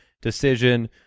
decision